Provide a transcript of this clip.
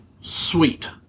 sweet